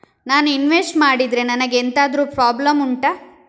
ನಾನು ಇನ್ವೆಸ್ಟ್ ಮಾಡಿದ್ರೆ ನನಗೆ ಎಂತಾದ್ರು ಪ್ರಾಬ್ಲಮ್ ಉಂಟಾ